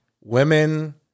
women